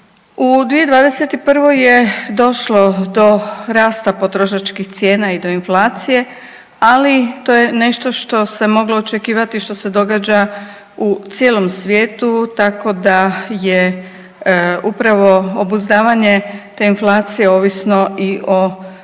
U 2021. je došlo do rasta potrošačkih cijena i do inflacije, ali to je nešto što se moglo očekivati i što se događa u cijelom svijetu, tako da je upravo obuzdavanje te inflacije ovisno i o